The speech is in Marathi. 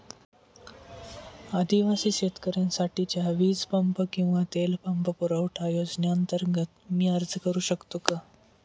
आदिवासी शेतकऱ्यांसाठीच्या वीज पंप किंवा तेल पंप पुरवठा योजनेअंतर्गत मी अर्ज करू शकतो का?